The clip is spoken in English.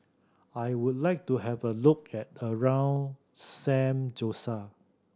I would like to have a look at around San Jose